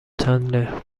چندلر